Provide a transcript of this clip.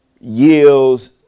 yields